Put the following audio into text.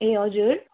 ए हजुर